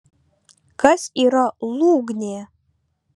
kas yra lūgnė